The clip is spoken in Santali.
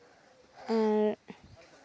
ᱟᱨ